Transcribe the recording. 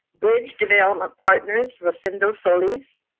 bridge development partners, rosindo solis.